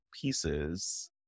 pieces